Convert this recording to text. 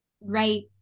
right